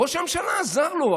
ראש הממשלה עזר לו,